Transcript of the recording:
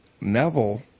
Neville